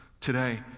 today